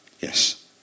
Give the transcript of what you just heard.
Yes